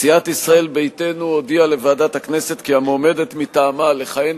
סיעת ישראל ביתנו הודיעה לוועדת הכנסת כי המועמדת מטעמה לכהן